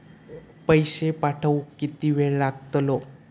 पैशे पाठवुक किती वेळ लागतलो?